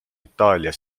itaalia